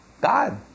God